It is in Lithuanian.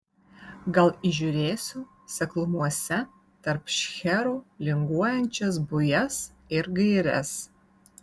gal įžiūrėsiu seklumose tarp šcherų linguojančias bujas ir gaires